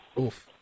Oof